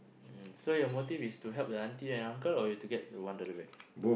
mm so your motive is to help the aunty and uncle or you to get the one dollar back